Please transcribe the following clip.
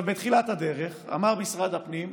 בתחילת הדרך אמר משרד הפנים,